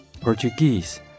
Portuguese